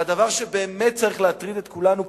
והדבר שבאמת צריך להטריד את כולנו,